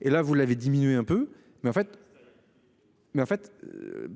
et là vous l'avez diminué un peu mais en fait. Mais en fait.